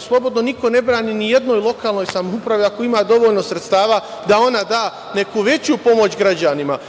Slobodno, niko ne brani ni jednoj lokalnoj samoupravi ako ima dovoljno sredstava da ona da neku veću pomoć građanima. Ovo